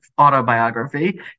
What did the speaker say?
autobiography